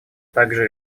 также